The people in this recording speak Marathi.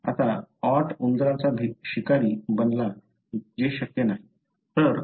आता oat उंदराचा शिकारी बनला जे शक्य नाही